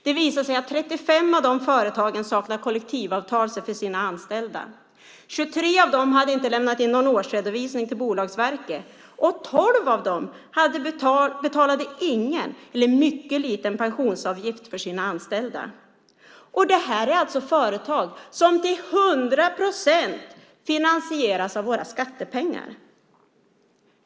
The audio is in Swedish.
Det visade sig att 35 av dessa företag saknar kollektivavtal för sina anställda, 23 av dem hade inte lämnat in någon årsredovisning till Bolagsverket, och 12 av dem betalade ingen eller en mycket liten pensionsavgift för sina anställda. Detta är alltså företag som till hundra procent finansieras av våra skattepengar.